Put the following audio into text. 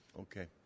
Okay